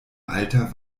alter